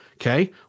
Okay